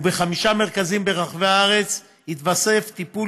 ובחמישה מרכזים ברחבי הארץ התווסף טיפול